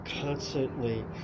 constantly